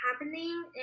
happening